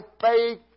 faith